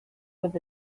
with